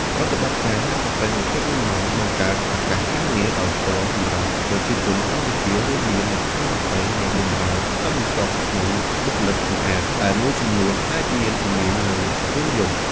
ប្រតិបត្តិការហាងកាហ្វេ ២៤ ម៉ោង បង្កើត ឱកាសការងារ ដោយផ្ទាល់សម្រាប់ប្រជាជនកម្ពុជា រួមមាន អ្នកឆុងកាហ្វេ អ្នកបម្រើ សន្តិសុខ និងបុគ្គលិកសម្អាត ដែលមួយចំនួនអាចមានជំនាញលើវេនយប់។